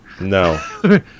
No